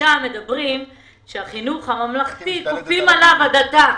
שם מדברים שעל החינוך הממלכתי כופים עליו הדתה.